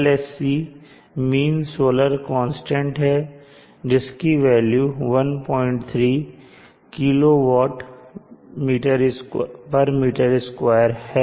LSC mean solar constant है जिसकी value 13 kWm2 है